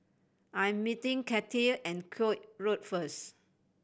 I am meeting Cathey and Koek Road first